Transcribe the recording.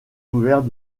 ouvert